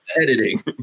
editing